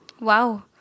Wow